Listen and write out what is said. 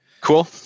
Cool